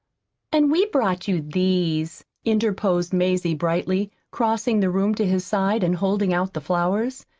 and we brought you these, interposed mazie brightly, crossing the room to his side and holding out the flowers.